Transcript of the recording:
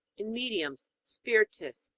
in mediums, spiritists,